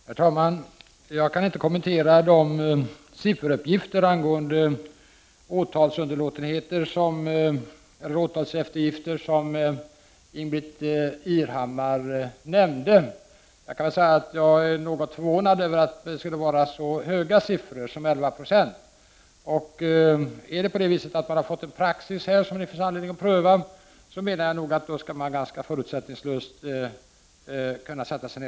Herr talman! Jag kan inte kommentera de sifferuppgifter angående åtalseftergifter som Ingbritt Irhammar nämnde. Jag är något förvånad över att siffrorna skulle vara så höga som 11 20. Om man i detta sammanhang har fått en praxis som det finns anledning att pröva, bör denna ganska förutsättningslöst kunna diskuteras.